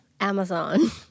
Amazon